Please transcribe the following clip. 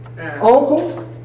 uncle